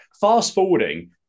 fast-forwarding